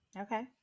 Okay